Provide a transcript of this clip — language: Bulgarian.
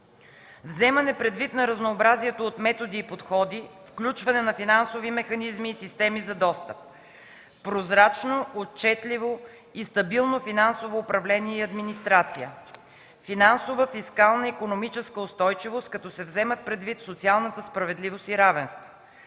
вземане предвид на разнообразието от методи и подходи, включване на финансови механизми и системи за достъп; - прозрачно, отчетливо и стабилно финансово управление и администрация; - финансова, фискална и икономическа устойчивост, като се вземат предвид социалната справедливост и равенство;